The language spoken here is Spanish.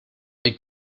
hay